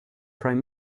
prime